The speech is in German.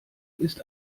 ist